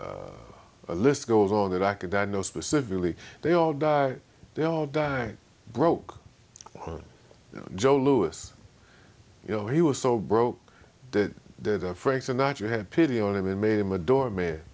the list goes on that i could i know specifically they all die they all died broke joe louis you know he was so broke that frank sinatra had pity on him and made him a doorma